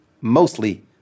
mostly